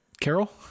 Carol